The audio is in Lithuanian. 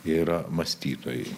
yra mąstytojai